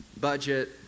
budget